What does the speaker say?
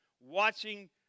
watching